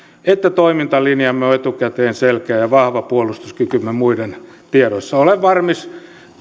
että toimintalinjamme on etukäteen selkeä ja vahva puolustuskykymme on muiden tiedossa olen valmis